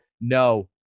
no